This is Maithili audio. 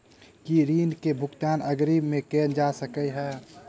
की ऋण कऽ भुगतान अग्रिम मे कैल जा सकै हय?